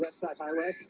but i love